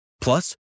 Plus